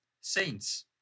saints